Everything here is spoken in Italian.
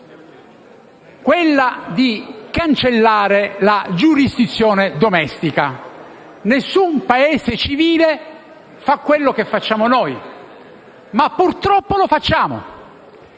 l'istituto della giurisdizione domestica. Nessun Paese civile fa quello che facciamo noi ma, purtroppo, lo facciamo.